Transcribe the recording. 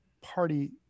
party